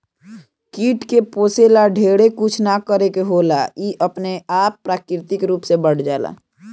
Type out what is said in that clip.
कीट के पोसे ला ढेरे कुछ ना करे के होला इ अपने आप प्राकृतिक रूप से बढ़ जाला